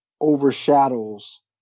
overshadows